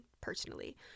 personally